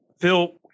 Phil